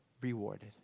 rewarded